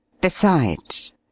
Besides